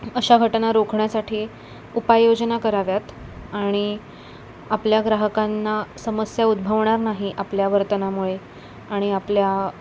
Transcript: अशा घटना रोखण्यासाठी उपाययोजना कराव्यात आणि आपल्या ग्राहकांना समस्या उद्भवणार नाही आपल्या वर्तनामुळे आणि आपल्या